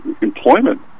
employment